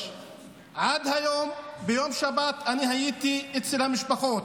עד היום, ביום שבת אני הייתי אצל המשפחות,